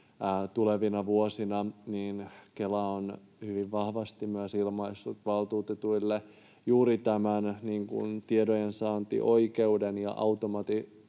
tulevina vuosina, niin Kela on hyvin vahvasti myös ilmaissut valtuutetuille juuri tämän tietojensaantioikeuden ja